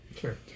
Sure